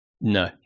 No